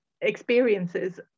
Experiences